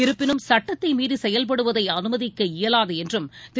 இருப்பினும் சுட்டத்தைமீறிசெயல்படுவதைஅனுமதிக்க இயலாதுஎன்றும் திரு